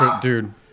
dude